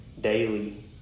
daily